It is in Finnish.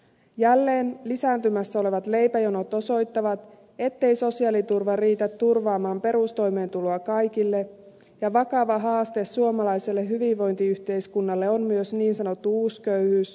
jälleen lisääntymässä olevat leipäjonot osoittavat ettei sosiaaliturva riitä turvaamaan perustoimeentuloa kaikille ja vakava haaste suomalaiselle hyvinvointiyhteiskunnalle on myös niin sanottu uusköyhyys